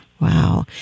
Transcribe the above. Wow